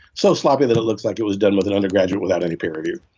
so sloppy that it looks like it was done with an undergraduate without any peer review.